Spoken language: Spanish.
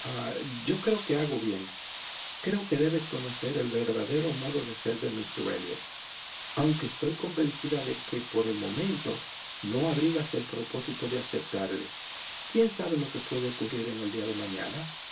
yo creo que hago bien creo que debes conocer el verdadero modo de ser de míster elliot aunque estoy convencida de que por el momento no abrigas el propósito de aceptarle quién sabe lo que puede ocurrir el día de mañana